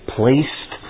placed